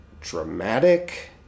dramatic